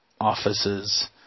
offices